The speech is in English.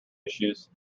issues